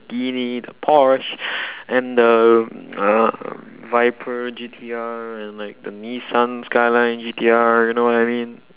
~ghini the porsche and the um um viper G T R and like the nissan skyline G T R do you know what I mean